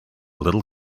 little